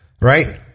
right